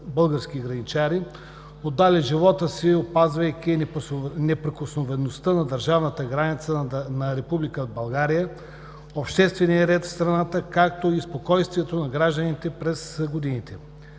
български граничари, отдали живота си, опазвайки неприкосновеността на държавната граница на Република България, обществения ред в страната, както и спокойствието на гражданите през годините.